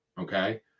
okay